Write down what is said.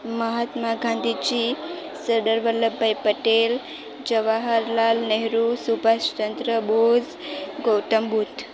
Mahatma Gandhiji Sardar Vallabhbhai Patel Jawaharlal Nehru Subhashchandra Bose Gautam Buddha